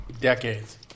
decades